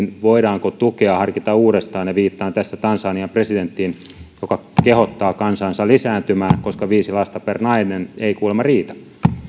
voidaanko tukea harkita uudestaan viittaan tässä tansanian presidenttiin joka kehottaa kansaansa lisääntymään koska viisi lasta per nainen ei kuulemma riitä